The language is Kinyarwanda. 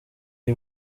y’i